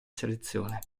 selezione